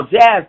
jazz